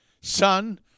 son